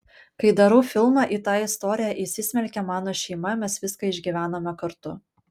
kai darau filmą į tą istoriją įsismelkia mano šeima mes viską išgyvename kartu